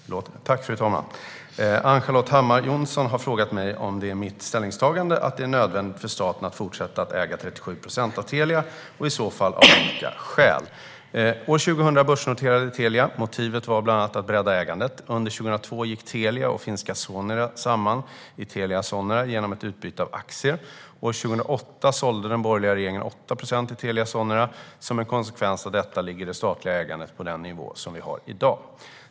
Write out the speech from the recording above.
Fru talman! Ann-Charlotte Hammar Johnsson har frågat mig om det är mitt ställningstagande att det är nödvändigt för staten att fortsätta äga 37 procent av Telia, och i så fall av vilka skäl. År 2000 börsnoterades Telia. Motivet var bland annat att bredda ägandet. Under 2002 gick Telia och finska Sonera samman i Telia Sonera genom ett utbyte av aktier. År 2008 sålde den borgerliga regeringen 8 procent i Telia Sonera. Som en konsekvens av detta ligger det statliga ägandet på den nivå som vi har i dag.